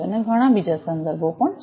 અને બીજા ઘણા સંદર્ભો પણ છે